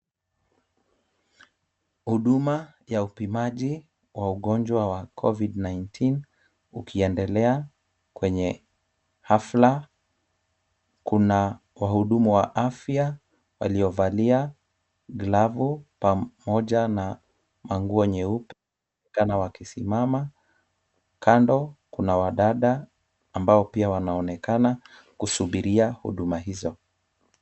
Huduma ya upimaji wa ugonjwa wa COVID-19, ukiendelea kwenye hafla. Kuna wahudumu wa afya waliovalia glavu pamoja na manguo nyeupe kama wakisimama. Kando kuna wadada ambao pia wanaonekana kusubiria huduma hizo.